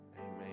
Amen